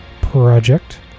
project